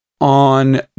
On